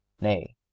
nay